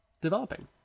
developing